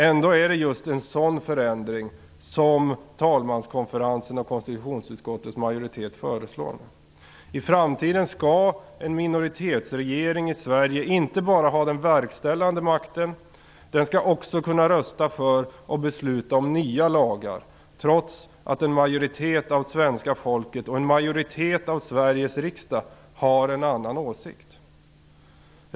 Ändå är det just en sådan förändring som talmanskonferensen och konstitutionsutskottets majoritet föreslår. I framtiden skall en minoritetsregering i Sverige inte bara ha den verkställande makten utan också kunna rösta för och besluta om nya lagar, trots att en majoritet av svenska folket och en majoritet av Sveriges riksdag har en annan åsikt.